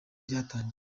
ryatangiye